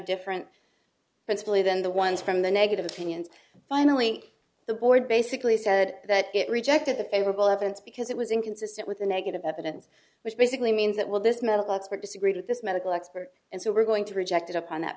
principally than the ones from the negative opinions finally the board basically said that it rejected the favorable evidence because it was inconsistent with the negative evidence which basically means that will this medical expert disagreed with this medical expert and so we're going to reject it up on that